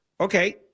Okay